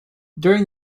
during